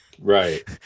Right